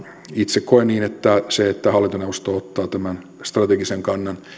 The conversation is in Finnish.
itse koen että se että hallintoneuvosto ottaa tämän strategisen kannan